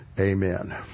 Amen